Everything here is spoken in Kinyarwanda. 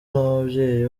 n’ababyeyi